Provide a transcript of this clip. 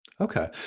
Okay